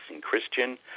Christian